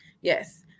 Yes